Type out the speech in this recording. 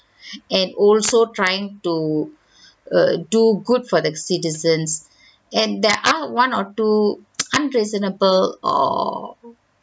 and also trying to err do good for the citizens and there are one or two unreasonable or